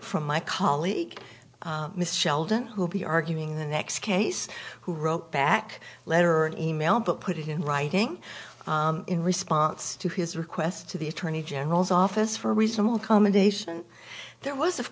from my colleague mr sheldon who'll be arguing the next case who wrote back letter and e mail but put it in writing in response to his request to the attorney general's office for a reasonable accommodation there was of